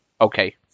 okay